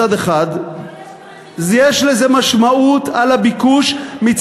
מצד אחד יש לזה משמעות על הביקוש במדינה,